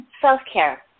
self-care